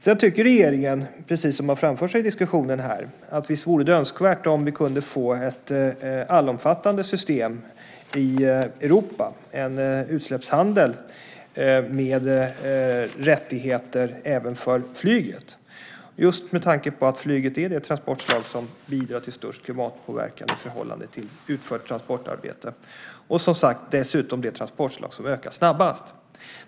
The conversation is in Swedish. Regeringen tycker - precis som framförts i diskussionen här - att visst vore det önskvärt om vi kunde få ett allomfattande system i Europa, en utsläppshandel med rättigheter även för flyget, just med tanke på att flyget är det transportslag som bidrar till den största klimatpåverkan i förhållande till utfört transportarbete och, som sagt, dessutom är det transportslag där det är den snabbaste ökningen.